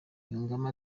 yungamo